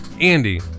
Andy